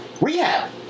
rehab